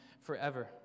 forever